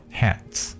hands” 。